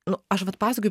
nu aš vat pasakoju